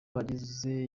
abize